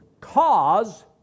cause